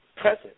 present